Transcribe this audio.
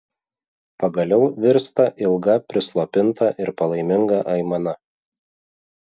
pagaliau virsta ilga prislopinta ir palaiminga aimana